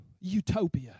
utopia